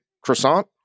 croissant